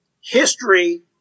history